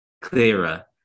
clearer